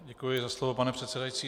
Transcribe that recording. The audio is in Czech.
Děkuji za slovo, pane předsedající.